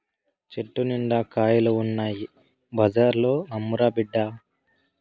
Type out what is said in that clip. చెట్టు నిండా కాయలు ఉన్నాయి బజార్లో అమ్మురా బిడ్డా